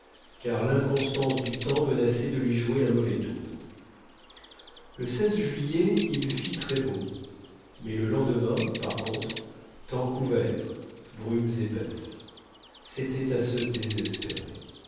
car l'inconstance du temps menaçait de lui jouer un mauvais tour le juillet il fit très beau mais le lendemain par contre temps couvert brumes épaisses c'était à se désespérer